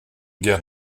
guerre